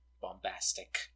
bombastic